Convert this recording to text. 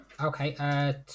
Okay